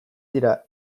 dira